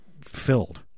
filled